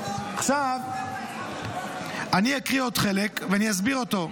עכשיו אני אקריא עוד חלק, ואסביר אותו: